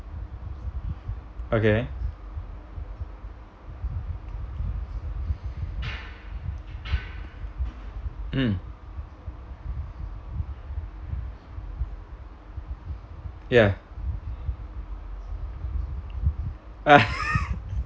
okay mm ya